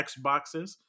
Xboxes